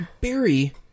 Barry